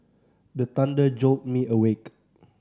the thunder jolt me awake